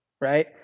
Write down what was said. right